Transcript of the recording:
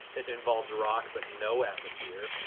it involves rock but no atmosphere.